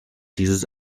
dieses